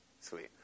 sweet